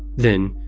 then,